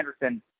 Anderson